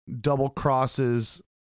double-crosses